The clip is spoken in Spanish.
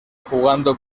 jugando